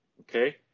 Okay